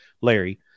Larry